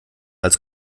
als